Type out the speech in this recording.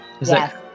Yes